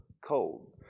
cold